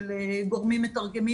של גורמים מתרגמים,